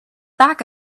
back